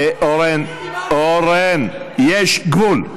אורן, אורן, יש גבול.